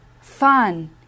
fun